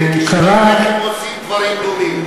אז תלמדו מזה כשחייליכם עושים דברים דומים.